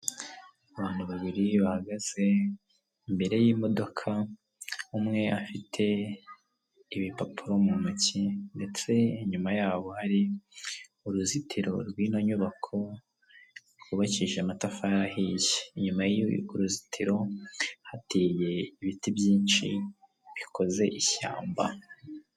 Abantu babiri bahagaze imbere y'imodoka umwe afite ibipapuro mu ntoki, ndetse inyuma yabo hari uruzitiro rw'ino nyubako rwubakije amatafari ahiye, inyuma y'uruzitiro hateye ibiti byinshi bikoze ishyamba.